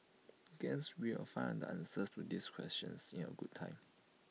guess we will find the answers to these questions in A good time